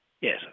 Yes